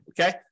Okay